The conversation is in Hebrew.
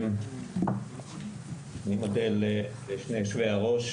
אני מודה לשני היושבי-ראש,